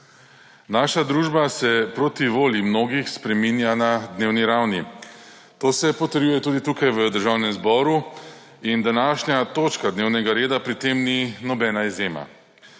Naša družba se proti volji mnogih spreminja na dnevni ravni. To se potrjuje tudi tukaj v Državnem zboru in današnja točka dnevnega reda pri tem ni nobena izjema.